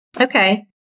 Okay